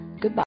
goodbye